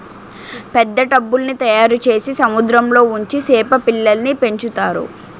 పెద్ద టబ్బుల్ల్ని తయారుచేసి సముద్రంలో ఉంచి సేప పిల్లల్ని పెంచుతారు